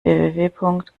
wwwarchlinuxorg